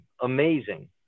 Amazing